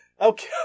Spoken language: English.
Okay